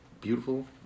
beautiful